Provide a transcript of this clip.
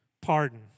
Pardon